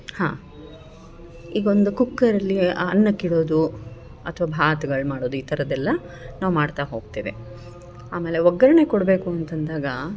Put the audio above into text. ಹಾಂ ಈಗ ಒಂದು ಕುಕ್ಕರಲ್ಲಿ ಅನ್ನಕ್ಕೆ ಇಡೋದು ಅಥ್ವ ಬಾತ್ಗಳು ಮಾಡೋದು ಈ ಥರದೆಲ್ಲ ನಾವು ಮಾಡ್ತಾ ಹೋಗ್ತೇವೆ ಆಮೇಲೆ ಒಗ್ಗರಣೆ ಕೊಡಬೇಕು ಅಂತಂದಾಗ